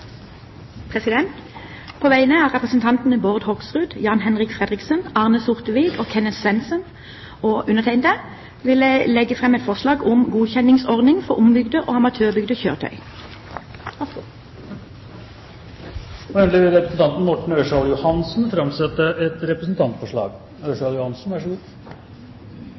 På vegne av representantene Bård Hoksrud, Jan-Henrik Fredriksen, Arne Sortevik, Kenneth Svendsen og undertegnede vil jeg legge fram et forslag om godkjenningsordning for ombygde og amatørbygde kjøretøy. Representanten Morten Ørsal Johansen vil framsette et representantforslag.